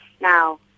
Now